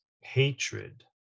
hatred